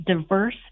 diverse